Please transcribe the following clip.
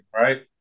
Right